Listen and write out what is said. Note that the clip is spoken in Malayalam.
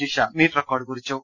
ജിഷ മീറ്റ് റെക്കോർഡ് കുറിച്ചു